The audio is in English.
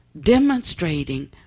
demonstrating